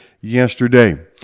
yesterday